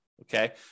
Okay